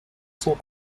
sont